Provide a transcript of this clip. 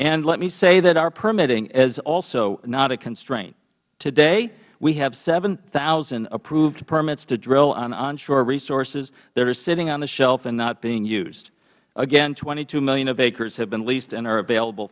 and let me say that our permitting is also not a constraint today we have seven thousand approved permits to drill on onshore resources that are sitting on a shelf and not being used again twenty two million of acres have been leased and are available